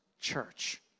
church